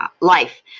life